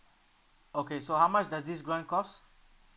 okay so how much does this grant cost